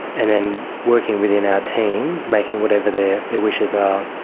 and then working within our team, making whatever their their wishes are,